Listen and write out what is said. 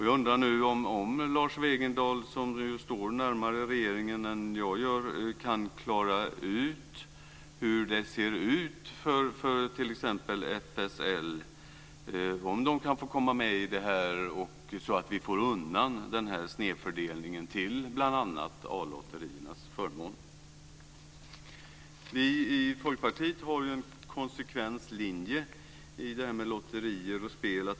Jag undrar nu om Lars Wegendal, som ju står närmare regeringen än vad jag gör, kan klara ut hur det ser ut för t.ex. FSL och ifall FSL kan få komma med i det här så att vi får undan snedfördelningen till bl.a. A Vi i Folkpartiet har en konsekvent linje i det här med lotterier och spel.